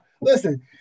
Listen